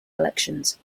elections